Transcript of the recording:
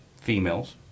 females